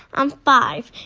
i'm five.